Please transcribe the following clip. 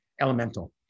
elemental